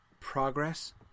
progress